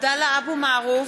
עבדאללה אבו מערוף,